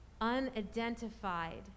unidentified